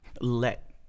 Let